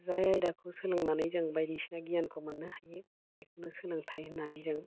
जाय आयदाखौ सोलोंनानै जों बायदिसिना गियानखौ मोननो हायो बेखौनो सोलोंथाइ होन्नानै जों